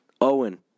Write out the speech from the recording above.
Owen